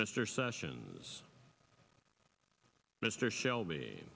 mr sessions mr shelby